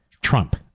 Trump